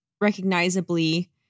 recognizably